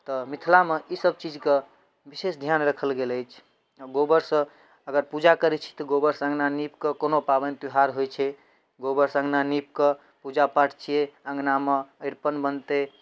तऽ मिथिलामे ई सब चीजके विशेष ध्यान रखल गेल अछि गोबर सँ अगर पूजा करै छी तऽ गोबर सँ अँगना नीप कऽ कोनो पाबनि त्यौहार होइ छै गोबर सँ अँगना नीप कऽ पूजा पाठ छियै अँगनामे अरिपन बनतै